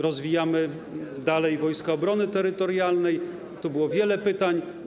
Rozwijamy dalej Wojska Obrony Terytorialnej - tu było wiele pytań.